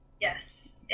Yes